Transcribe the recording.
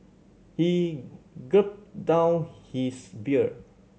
he gulped down his beer